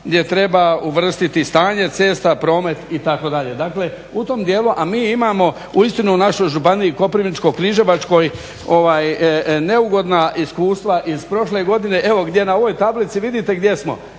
gdje treba uvrstiti stanje cesta, promet itd. Dakle, u tom dijelu, a mi imamo uistinu u našoj županiji Koprivničko-križevačkoj neugodna iskustva iz prošle godine, evo gdje na ovoj tablici vidite gdje smo,